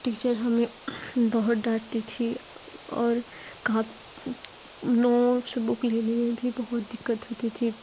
teacher हमें बहुत डांटती थी और कहा नोट्स बुक लेने में भी बहुत दिक्कत होती थी